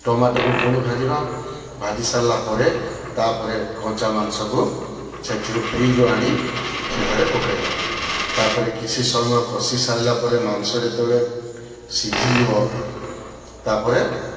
ଟମାଟୋକୁ ପୁଣି ଭାଜିବା ଭାଜିସାରିଲାପରେ ତାପରେ କଞ୍ଚା ମାଂସକୁ ସେଠିରୁ ଫ୍ରିଜ୍ ରୁ ଆଣି ସେଠାରେ ପକାଇବା ତାପରେ କିଛି ସମୟ କସି ସାରିଲାପରେ ମାଂସ ଯେତେବେଳେ ସିଝିଜିବ ତାପରେ